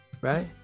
right